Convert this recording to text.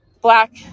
black